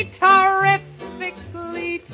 terrifically